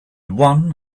one